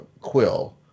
Quill